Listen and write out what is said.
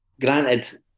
granted